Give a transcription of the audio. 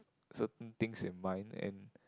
certain things in mind and